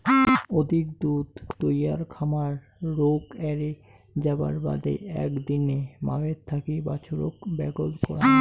অধিক দুধ তৈয়ার খামার রোগ এ্যারে যাবার বাদে একদিনে মাওয়ের থাকি বাছুরক ব্যাগল করাং